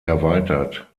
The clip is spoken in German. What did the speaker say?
erweitert